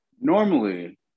Normally